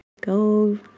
go